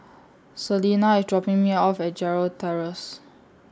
Celena IS dropping Me off At Gerald Terrace